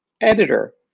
editor